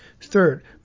Third